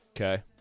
Okay